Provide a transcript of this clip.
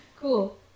cool